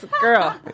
girl